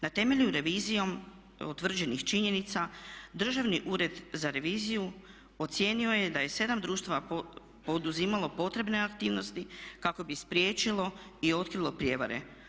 Na temelju revizijom utvrđenih činjenica Državni ured za reviziju ocijenio je da je 7 društava poduzimalo potrebne aktivnosti kako bi spriječilo i otkrilo prijevare.